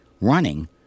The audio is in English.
running